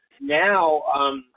now